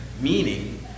meaning